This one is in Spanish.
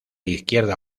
izquierda